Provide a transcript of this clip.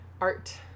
art